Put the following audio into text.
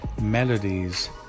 melodies